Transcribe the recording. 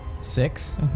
six